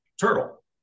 turtle